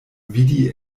vidi